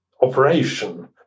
operation